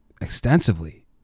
extensively